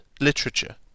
Literature